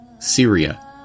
Syria